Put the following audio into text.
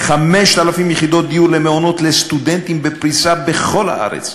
5,000 יחידות דיור למעונות לסטודנטים בפריסה בכל הארץ,